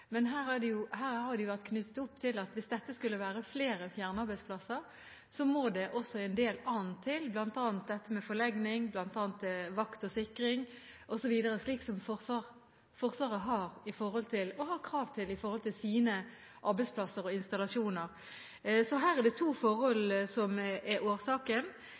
men her har det vært knyttet opp til at hvis dette skulle være flere fjernarbeidsplasser, må det også en del annet til, bl.a. til forlegning, vakt, sikring osv., slik Forsvaret har – og har krav til – på sine arbeidsplasser og installasjoner, så her er det to forhold som er årsaken.